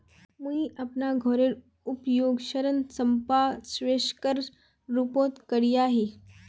मुई अपना घोरेर उपयोग ऋण संपार्श्विकेर रुपोत करिया ही